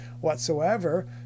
whatsoever